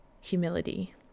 humility